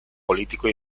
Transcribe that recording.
político